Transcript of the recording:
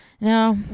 no